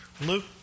Luke